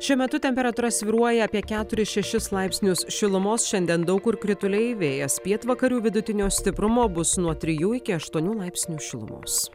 šiuo metu temperatūra svyruoja apie keturis šešis laipsnius šilumos šiandien daug kur krituliai vėjas pietvakarių vidutinio stiprumo bus nuo trijų iki aštuonių laipsnių šilumos